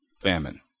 famine